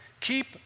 keep